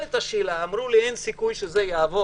נשאלת השאלה, אמרו לי שאין סיכוי שזה יעבור